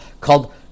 called